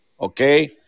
Okay